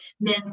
men